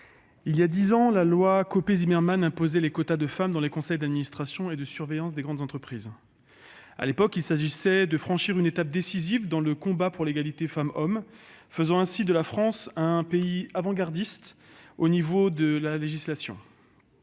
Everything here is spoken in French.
il y a dix ans, la loi Copé-Zimmermann imposait des quotas de femmes dans les conseils d'administration et de surveillance des grandes entreprises. À l'époque, il s'agissait de franchir une étape décisive dans le combat pour l'égalité entre les femmes et les hommes. Cette législation faisait de la France un pays avant-gardiste en la matière.